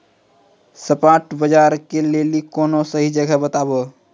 spot बजारो के लेली कोनो सही जगह बताबो